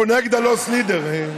אנחנו נגד ה"לוס לידר".